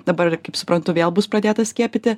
dabar kaip suprantu vėl bus pradėta skiepyti